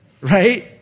right